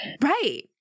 Right